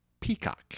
Peacock